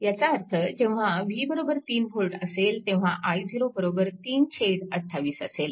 याचा अर्थ जेव्हा v 3V असेल तेव्हा i0 328A असेल